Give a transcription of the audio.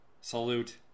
Salute